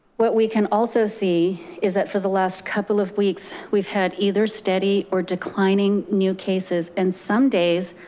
what we can also see is that for the last couple of weeks, we've had either steady or declining new cases and some days,